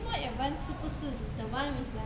gameboy advance 是不是 the one with like